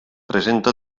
presenta